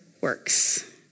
works